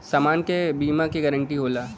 समान के बीमा क गारंटी होला